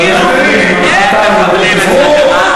כאילו אין מחבלים אצלכם,